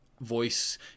voice